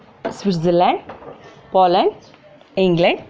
Switzerland Poland England